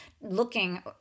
looking